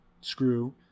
screw